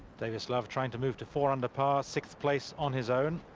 davis love, trying to move to four under par six place on his own.